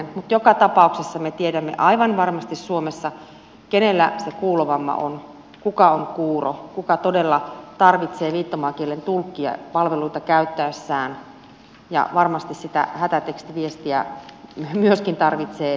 mutta joka tapauksessa me tiedämme aivan varmasti suomessa kenellä se kuulovamma on kuka on kuuro kuka todella tarvitsee viittomakielen tulkkia palveluita käyttäessään ja varmasti myöskin sitä hätätekstiviestiä tarvitsee